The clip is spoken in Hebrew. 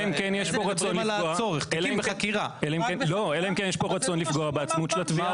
מדברים על הצורך --- אלא אם כן יש פה רצון לפגוע בעצמאות של התביעה.